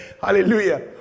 Hallelujah